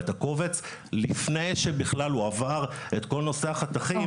הקובץ לפני שהוא בכלל עבר את כל נושא החתכים,